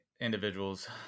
individuals